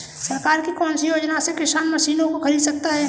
सरकार की कौन सी योजना से किसान मशीनों को खरीद सकता है?